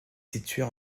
située